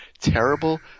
terrible